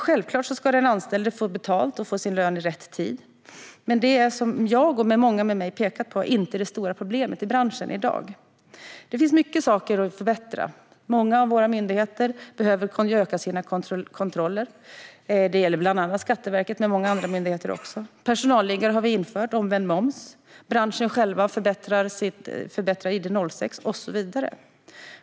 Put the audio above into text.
Självklart ska den anställde få betalt och få sin lön i rätt tid, men som jag och många med mig har pekat på är det här inte det stora problemet i branschen i dag. Det finns mycket att förbättra. Många av våra myndigheter behöver öka sina kontroller. Det gäller bland annat Skatteverket men även många andra myndigheter. Personalliggare har vi infört, liksom omvänd moms. Branschen själv har förbättrat ID06, och så vidare.